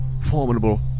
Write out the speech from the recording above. formidable